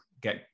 get